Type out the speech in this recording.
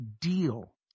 deal